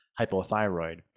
hypothyroid